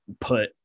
put